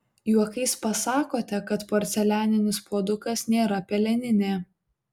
juokais pasakote kad porcelianinis puodukas nėra peleninė